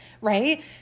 Right